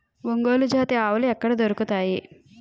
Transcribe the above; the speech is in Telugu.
ఒంగోలు జాతి ఆవులు ఎక్కడ దొరుకుతాయి?